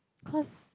cause